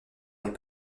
les